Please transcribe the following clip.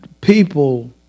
people